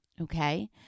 Okay